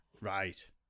Right